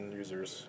users